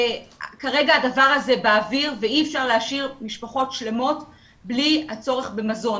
כרגע הדבר הזה באוויר ואי אפשר להשאיר משפחות שלמות בלי הצורך במזון,